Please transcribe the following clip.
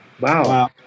Wow